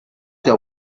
der